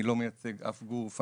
אני לא מייצג אף גוף,